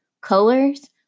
Colors